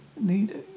need